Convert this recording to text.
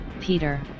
Peter